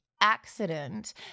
accident